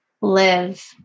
live